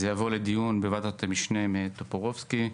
זה יבוא לדיון בוועדת המשנה של טופורובסקי.